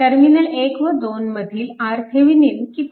terminal 1 व 2 मधील RThevenin किती